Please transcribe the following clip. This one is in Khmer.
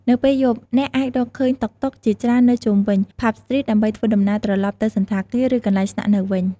នៅពេលយប់ អ្នកអាចរកឃើញ តុកតុក ជាច្រើននៅជុំវិញ ផាប់ ស្ទ្រីត ដើម្បីធ្វើដំណើរត្រឡប់ទៅសណ្ឋាគារ ឬកន្លែងស្នាក់នៅវិញ។